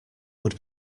would